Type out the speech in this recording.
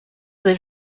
del